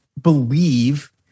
believe